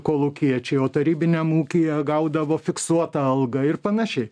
kolūkiečiai o tarybiniam ūkyje gaudavo fiksuotą algą ir panašiai